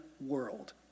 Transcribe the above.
world